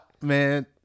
man